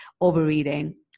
overeating